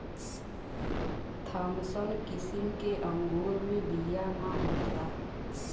Thompson किसिम के अंगूर मे बिया ना होत बा